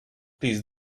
please